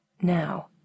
Now